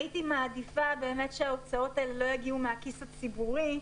הייתי מעדיפה באמת שההוצאות האלה לא יגיעו מהכיס הציבורי,